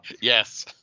Yes